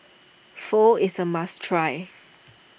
Pho is a must try